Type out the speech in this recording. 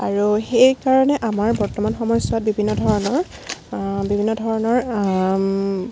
আৰু সেইকাৰণে আমাৰ বৰ্তমান সময়ছোৱাত বিভিন্ন ধৰণৰ বিভিন্ন ধৰণৰ